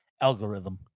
algorithm